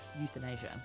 euthanasia